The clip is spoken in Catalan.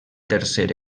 tercer